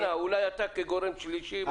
אולי אתה כגורם שלישי.